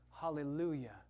Hallelujah